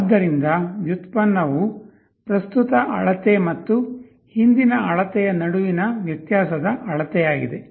ಆದ್ದರಿಂದ ಡಿರೈವೆಟಿವ್ ಪ್ರಸ್ತುತ ಅಳತೆ ಮತ್ತು ಹಿಂದಿನ ಅಳತೆಯ ನಡುವಿನ ವ್ಯತ್ಯಾಸದ ಅಳತೆಯಾಗಿದೆ